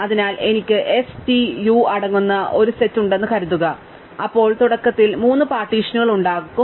അതിനാൽ എനിക്ക് s t u അടങ്ങുന്ന ഒരു സെറ്റ് ഉണ്ടെന്ന് കരുതുക അപ്പോൾ എനിക്ക് തുടക്കത്തിൽ മൂന്ന് പാർട്ടീഷനുകൾ ഉണ്ടാകും